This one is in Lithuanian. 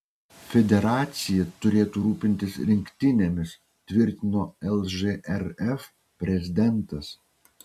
federacija turėtų rūpintis rinktinėmis tvirtino lžrf prezidentas